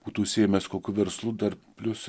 būtų užsiėmęs kokiu verslu dar plius